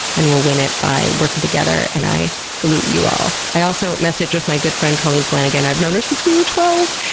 and well win it by working together, and i salute you all. i also messaged with my good friend colleen flannagan i've known her since we were twelve!